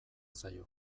zaio